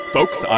Folks